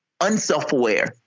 unself-aware